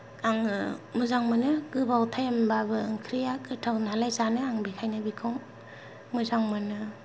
आङो मोजां मोनो गोबाव टाइमबाबो ओंख्रिया गोथाव नालाय जानो आं ओंखायनो बेखौ मोजां मोनो